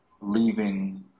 leaving